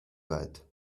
weit